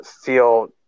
feel